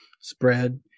spread